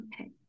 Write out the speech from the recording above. Okay